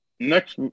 Next